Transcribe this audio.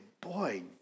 boy